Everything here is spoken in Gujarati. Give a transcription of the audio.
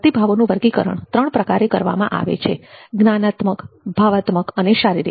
પ્રતિભાવોનુ વર્ગીકરણ ત્રણ પ્રકારે કરવામાં આવે છે જ્ઞાનાત્મક ભાવાત્મક અને શારીરિક